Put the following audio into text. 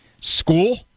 School